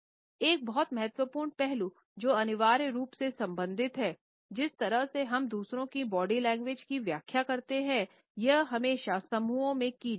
एक बहुत महत्वपूर्ण पहलू जो अनिवार्य रूप से संबंधित है जिस तरह से हम दूसरों की बॉडी लैंग्वेज की व्याख्या करते हैं यह हमेशा समूहों में की जाती है